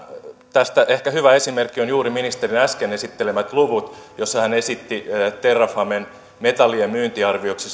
tästä ehkä hyvä esimerkiksi on ministerin juuri äsken esittelemät luvut joissa hän esitti terrafamen metallien myyntiarvioksi